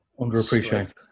underappreciated